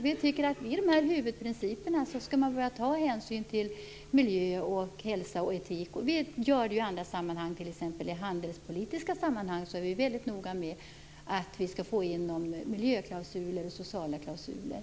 Vi tycker att man med de här huvudprinciperna skall börja ta hänsyn till miljö, hälsa och etik. Det gör vi i andra sammanhang, t.ex. i handelspolitiska sammanhang, där vi är väldigt noga med att få in miljöklausuler och sociala klausuler.